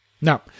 Now